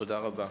תודה רבה.